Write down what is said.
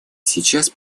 сейчас